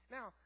Now